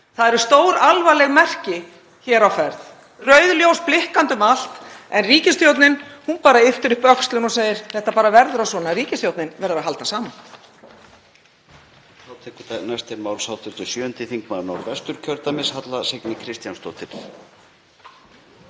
Það eru stóralvarleg merki hér á ferð, rauð ljós blikka um allt en ríkisstjórnin ypptir bara öxlum og segir: Þetta bara verður svona, ríkisstjórnin verður að halda saman.